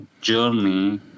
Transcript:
journey